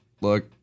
Look